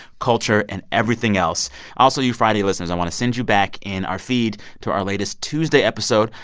culture and everything else. also, you friday listeners, i want to send you back in our feed to our latest tuesday episode.